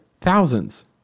Thousands